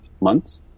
months